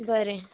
बरें